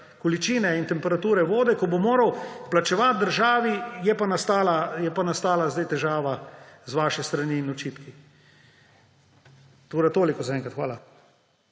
količine in temperature vode, ko bo moral plačevati državi, je pa nastala zdaj težava z vaše strani in očitki. Toliko zaenkrat, hvala.